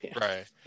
Right